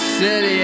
city